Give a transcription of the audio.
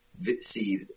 see